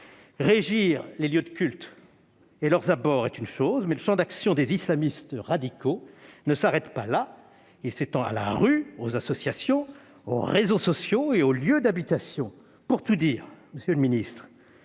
Régir les lieux de culte et leurs abords est une chose, mais le champ d'action des islamistes radicaux ne s'arrête pas là : il s'étend à la rue, aux associations, aux réseaux sociaux et aux lieux d'habitation. Pour tout dire, monsieur le ministre,